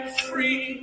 free